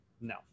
No